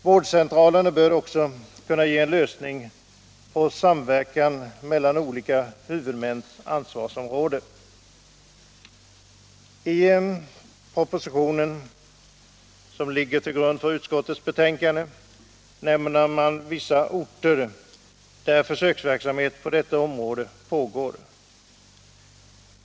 Vårdcentralerna bör också kunna ge en lösning på problemen med samverkan mellan olika huvudmäns ansvarsområden. I propositionen som ligger till grund för utskottets betänkande nämns vissa orter där försöksverksamhet pågår på detta område.